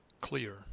clear